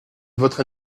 votre